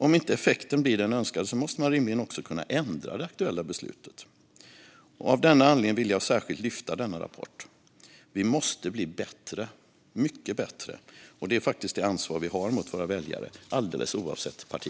Om inte effekten blir den önskade måste man rimligen också kunna ändra det aktuella beslutet. Av denna anledning ville jag särskilt lyfta fram denna rapport. Vi måste bli bättre - mycket bättre. Det ansvaret har vi mot våra väljare, oavsett parti.